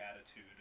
attitude